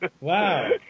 Wow